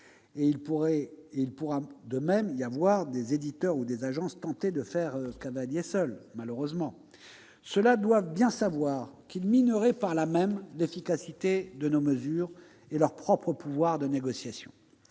Il pourrait de même y avoir des éditeurs ou des agences tentés de faire cavalier seul, malheureusement. Ceux-là doivent bien savoir qu'ils mineraient par là même l'efficacité de nos mesures et leur propre pouvoir de négociation.